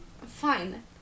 Fine